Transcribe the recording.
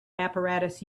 apparatus